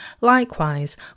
Likewise